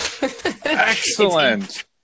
Excellent